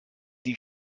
die